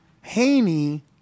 Haney